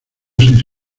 seis